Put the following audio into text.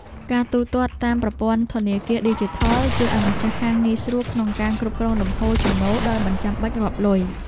ការទូទាត់តាមប្រព័ន្ធធនាគារឌីជីថលជួយឱ្យម្ចាស់ហាងងាយស្រួលក្នុងការគ្រប់គ្រងលំហូរចំណូលដោយមិនបាច់រាប់លុយ។